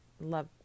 Love